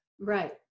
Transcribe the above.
right